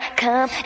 come